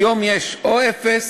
היום יש או אפס